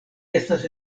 estas